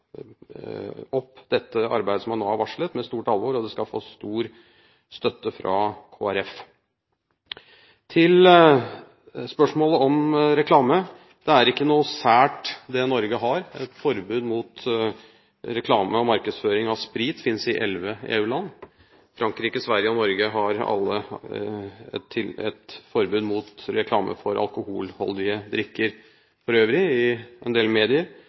opp dette arbeidet, som han nå har varslet med stort alvor. Det skal få stor støtte fra Kristelig Folkeparti. Til spørsmålet om reklame: Det er ikke noe sært det Norge har. Et forbud mot reklame og markedsføring av sprit finnes i elleve EU-land. Frankrike, Sverige og Norge har alle et forbud mot reklame for alkoholholdige drikker, for øvrig i en del medier.